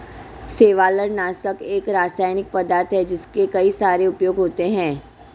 शैवालनाशक एक रासायनिक पदार्थ है जिसके कई सारे उपयोग होते हैं